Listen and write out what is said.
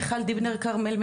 מיכל דיבנר כרמל,